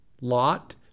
lot